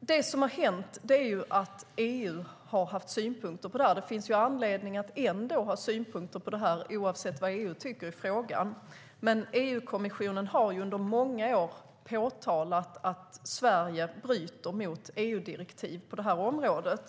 Det som hänt är att EU-kommissionen haft synpunkter på det. Det finns anledning att ha synpunkter på det, även oavsett vad kommissionen tycker i frågan. Kommissionen har under många år påtalat att Sverige bryter mot EU-direktiv på det här området.